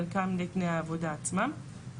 חלקן לתנאי העבודה עצמה,